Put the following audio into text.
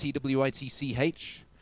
TWITCH